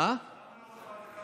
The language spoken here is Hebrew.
למה לא הצמדת?